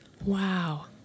Wow